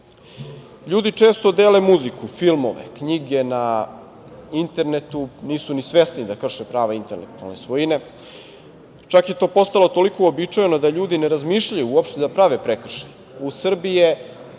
često dele muziku, filmove, knjige na internetu. Nisu ni svesni da krše prava intelektualne svojine, čak je to postalo toliko uobičajeno da ljudi ne razmišljaju, uopšte da prave prekršaj.U